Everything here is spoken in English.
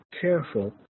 careful